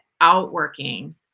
outworking